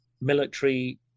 military